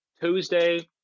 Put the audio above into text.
Tuesday